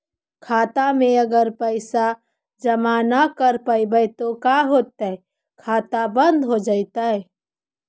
खाता मे अगर पैसा जमा न कर रोपबै त का होतै खाता बन्द हो जैतै?